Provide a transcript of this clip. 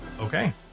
Okay